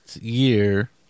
year